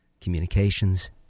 communications